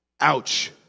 Ouch